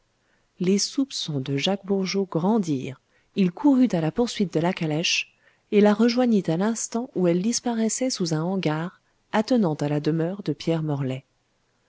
les soupçons de jacques bourgeot grandirent il courut à la poursuite de la calèche et la rejoignit à l'instant ou elle disparaissait sous un hangar attenant à la demeure de pierre morlaix